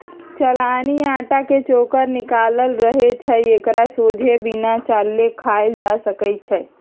चलानि अटा के चोकर निकालल रहै छइ एकरा सोझे बिना चालले खायल जा सकै छइ